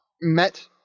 met